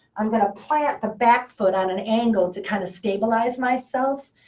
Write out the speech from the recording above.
i'm going to plant the back foot on an angle to kind of stabilize myself.